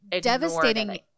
Devastating